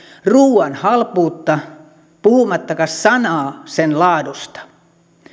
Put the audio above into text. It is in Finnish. ruoan halpuutta puhumatta sanaakaan sen laadusta